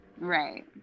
Right